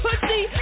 pussy